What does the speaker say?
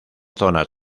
zonas